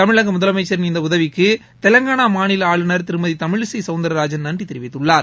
தமிழக முதலனமச்சரின் இந்த உதவிக்கு தெலங்கானா மாநில ஆளுநர் திருமதி தமிழிசை சௌந்தரராஜன் நன்றி தெரிவித்துள்ளார்